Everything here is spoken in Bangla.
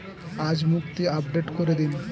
আজ মুক্তি আপডেট করে দিন